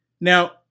Now